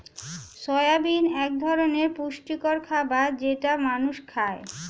soybean এক ধরনের পুষ্টিকর খাবার যেটা মানুষ খায়